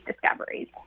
discoveries